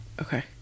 Okay